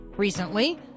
Recently